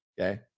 Okay